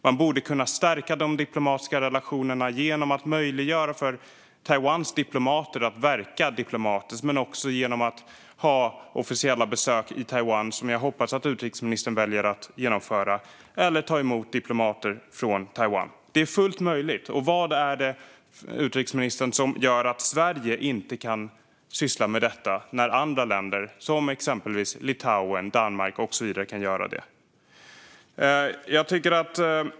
Man borde kunna stärka de diplomatiska relationerna genom att möjliggöra för Taiwans diplomater att verka diplomatiskt men också genom att göra officiella besök i Taiwan, som jag hoppas att utrikesministern väljer att genomföra, eller att ta emot diplomater från Taiwan. Det är fullt möjligt. Vad är det, utrikesministern, som gör att Sverige inte kan syssla med detta när andra länder, exempelvis Litauen, Danmark och så vidare, kan göra det?